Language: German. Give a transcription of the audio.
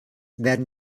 werden